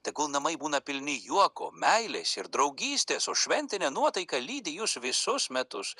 tegul namai būna pilni juoko meilės ir draugystės o šventinė nuotaika lydi jus visus metus